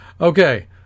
okay